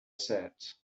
said